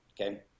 okay